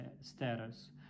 status